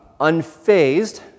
unfazed